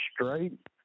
straight